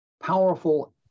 powerful